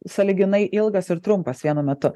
sąlyginai ilgas ir trumpas vienu metu